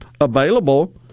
available